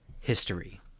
history